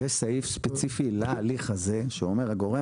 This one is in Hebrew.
יש סעיף ספציפי להליך הזה שאומר: "הגורם